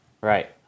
Right